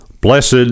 Blessed